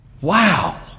Wow